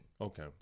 Okay